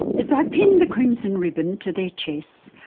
as i pinned the crimson ribbon to their chests,